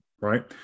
right